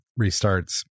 restarts